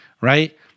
right